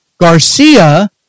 Garcia